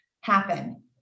happen